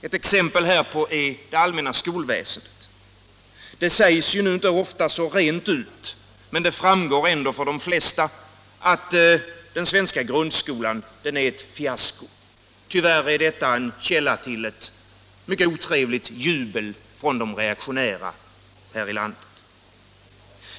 Ett exempel härpå är det allmänna skolväsendet. Det sägs ju inte så ofta rent ut, men det framgår ändå för de flesta, att den svenska grundskolan är ett fiasko. Tyvärr är detta en källa till ett mycket otrevligt jubel från de reaktionära här i landet.